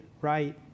right